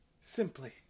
simply